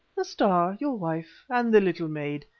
the star, your wife, and the little maid.